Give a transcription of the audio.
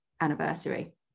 anniversary